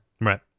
Right